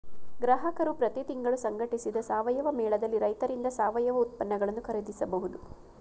ಗ್ರಾಹಕರು ಪ್ರತಿ ತಿಂಗಳು ಸಂಘಟಿಸಿದ ಸಾವಯವ ಮೇಳದಲ್ಲಿ ರೈತರಿಂದ ಸಾವಯವ ಉತ್ಪನ್ನಗಳನ್ನು ಖರೀದಿಸಬಹುದು